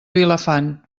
vilafant